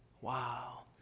Wow